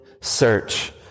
search